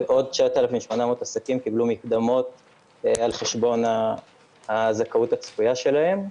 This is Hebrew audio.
ועוד 9,800 עסקים קיבלו מקדמות על חשבון הזכאות הצפויה שלהם.